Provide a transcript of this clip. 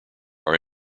are